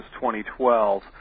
2012